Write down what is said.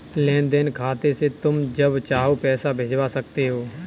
लेन देन खाते से तुम जब चाहो पैसा भिजवा सकते हो